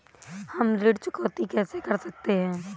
हम ऋण चुकौती कैसे कर सकते हैं?